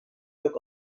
çok